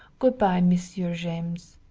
goodbye monsieur james.